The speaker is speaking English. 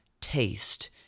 Taste